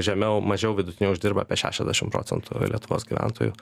žemiau mažiau vidutinio uždirba apie šešiasdešimt procentų lietuvos gyventojų